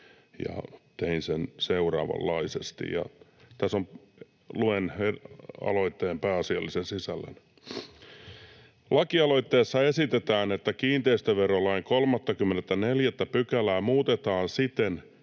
tein sen seuraavanlaisesti — luen aloitteen pääasiallisen sisällön: ”Lakialoitteessa esitetään, että kiinteistöverolain 34 §:ää muutetaan siten,